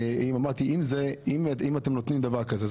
אם אתם נותנים דבר כזה,